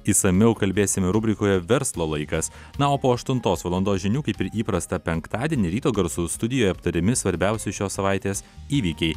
išsamiau kalbėsime rubrikoje verslo laikas na o po aštuntos valandos žinių kaip ir įprastą penktadienį ryto garsų studijoje aptariami svarbiausi šios savaitės įvykiai